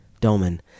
Doman